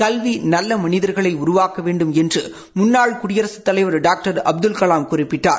கல்வி நல்ல மனிதர்களை உருவக்க வேண்டும் என்று முன்னாள் குடியரசுத் தலைவர் டாக்டர் அப்துல் கலாம் குறிப்பிட்டார்